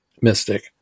mystic